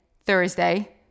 Thursday